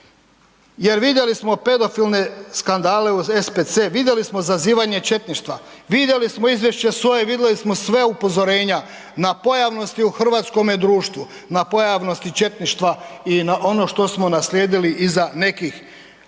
jer vidjeli smo pedofilne skandale u SPC, vidjeli smo zazivanje četništva. Vidjeli smo izvješće SOA-e, vidjeli smo sva upozorenja na pojavnosti u hrvatskome društvu, na pojavnosti četništva i na ono što smo naslijedili iza nekih